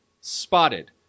Spotted